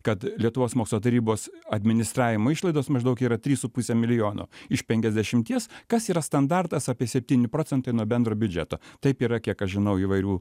kad lietuvos mokslo tarybos administravimo išlaidos maždaug yra trys su puse milijono iš penkiasdešimties kas yra standartas apie septyni procentai nuo bendro biudžeto taip yra kiek aš žinau įvairių